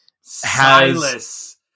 Silas